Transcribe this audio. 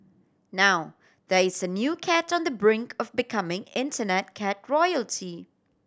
now there is a new cat on the brink of becoming Internet cat royalty